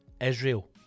Israel